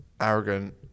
arrogant